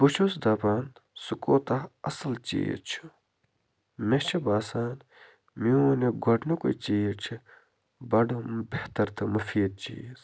بہٕ چھُس دَپان سُہ کوٗتاہ اصٕل چیٖز چھُ مےٚ چھِ باسان میون یہِ گۄڈٕنیُکے چیٖز چھِ بَڈٕ بہتَر تہٕ مُفیٖد چیٖز